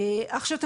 עכשיו,